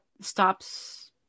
stops